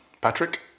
Patrick